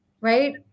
right